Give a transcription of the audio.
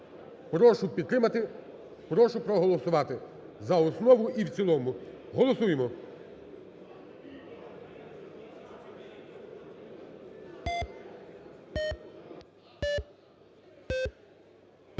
Прошу підтримати, прошу проголосувати за основу і в цілому. Голосуємо.